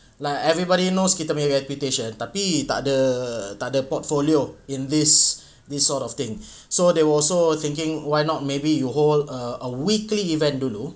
like everybody knows kita punya reputation tapi takde takde portfolio in this this sort of thing so they will also thinking why not maybe you hold a weekly event dulu